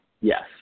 Yes